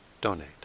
donate